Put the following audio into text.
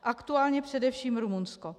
Aktuálně především Rumunsko.